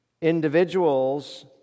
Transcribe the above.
individuals